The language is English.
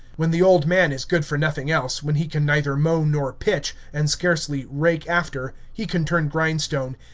when the old man is good for nothing else, when he can neither mow nor pitch, and scarcely rake after, he can turn grindstone,